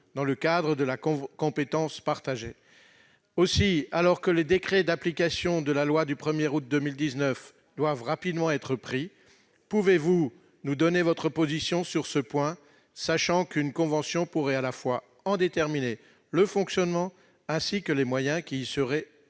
dans le cadre de la compétence partagée. Alors que les décrets d'application de la loi du 1août 2019 doivent rapidement être pris, pouvez-vous nous donner votre position sur ce point, madame la ministre, sachant qu'une convention pourrait déterminer leur fonctionnement et les moyens qui y seraient